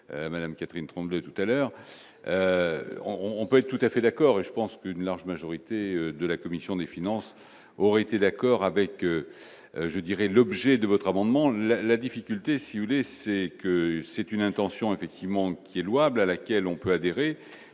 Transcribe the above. Madame Catherine Tremblay tout à l'heure on on peut être tout à fait d'accord et je pense qu'une large majorité de la commission des finances aurait été d'accord avec je dirais l'objet de votre amendement la la difficulté si vous voulez, c'est que c'est une intention effectivement qui est louable, à laquelle on peut adhérer